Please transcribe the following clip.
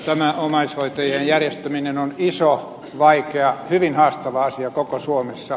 tämä omaishoitajien järjestäminen on iso vaikea hyvin haastava asia koko suomessa